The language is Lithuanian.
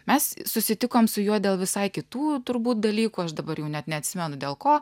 mes susitikom su juo dėl visai kitų turbūt dalykų aš dabar jau net neatsimenu dėl ko